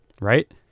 Right